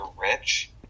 rich